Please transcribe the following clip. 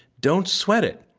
don't sweat it.